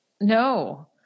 no